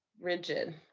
rigid.